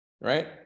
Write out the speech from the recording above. right